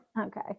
Okay